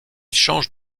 change